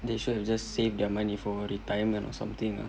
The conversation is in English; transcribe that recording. they should have just save their money for a retirement or something ah